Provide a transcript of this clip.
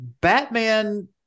Batman